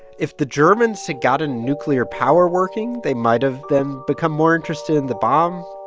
if the germans had gotten nuclear power working, they might have then become more interested in the bomb.